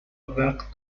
وقت